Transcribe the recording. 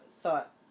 thought